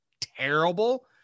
Terrible